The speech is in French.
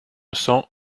cents